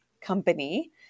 Company